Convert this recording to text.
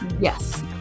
Yes